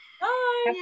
Bye